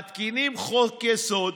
מתקינים חוק-יסוד,